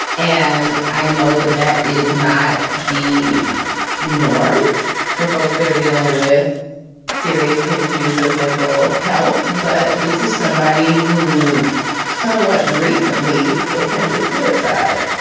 and i know that that is not the norm for folks there dealing with serious issues of mental health. but this is somebody who somewhat recently attempted suicide.